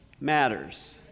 matters